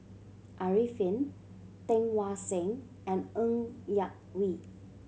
Arifin Teng Mah Seng and Ng Yak Whee